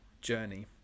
journey